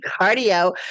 cardio